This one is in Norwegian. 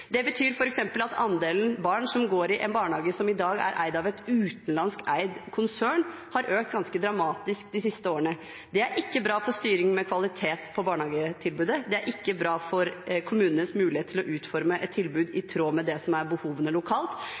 Det betyr f.eks. at andelen barn som går i en barnehage som i dag er eid av et utenlandsk konsern, har økt ganske dramatisk de siste årene. Det er ikke bra for styringen med kvalitet på barnehagetilbudet, det er ikke bra for kommunenes mulighet til å utforme et tilbud i tråd med det som er behovene lokalt,